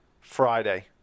Friday